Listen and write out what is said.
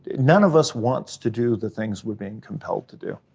none of us wants to do the things we're being compelled to do.